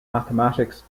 mathematics